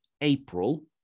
April